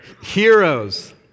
Heroes